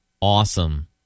Awesome